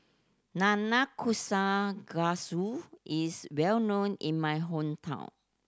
nanakusa is well known in my hometown